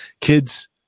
kids